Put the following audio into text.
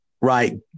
Right